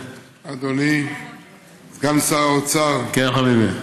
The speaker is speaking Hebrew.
אדוני סגן שר האוצר, כן, חביבי.